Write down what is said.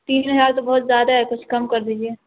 تین ہزار تو بہت زیادہ ہے کچھ کم کر دیجیے